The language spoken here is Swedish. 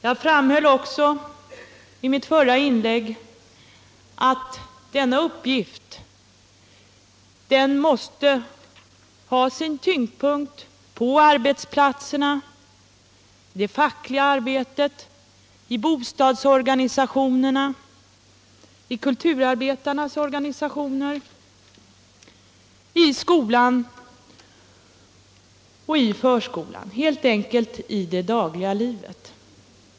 Jag framhöll också i mitt förra inlägg att denna uppgift måste ha sin tyngdpunkt på arbetsplatserna, i det fackliga arbetet, inom bostadsorganisationerna och kulturarbetarnas organi sationer, i skolan och förskolan — helt enkelt i det dagliga livet.